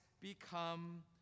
become